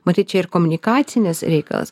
matyt čia ir komunikacinis reikalas